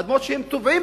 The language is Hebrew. אדמות שהם תובעים